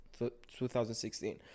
2016